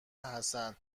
حسن